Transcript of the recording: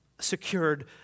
secured